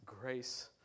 grace